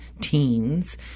teens